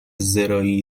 زراعی